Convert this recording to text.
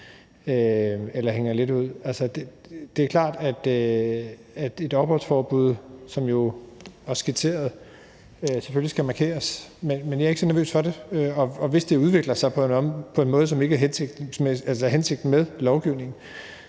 bøde for det. Det er klart, at et opholdsforbud, som det også er skitseret, selvfølgelig skal markeres. Men jeg er ikke så nervøs for det, og hvis det udvikler sig på en måde, som det ikke er hensigten med lovgivningen,